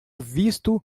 visto